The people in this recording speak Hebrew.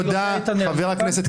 חבר הכנסת